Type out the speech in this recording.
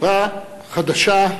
ראובן ריבלין חותם על ההצהרה.) כיפה חדשה,